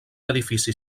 edifici